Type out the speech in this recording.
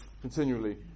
continually